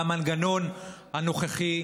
והמנגנון הנוכחי,